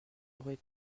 aurait